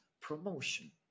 promotion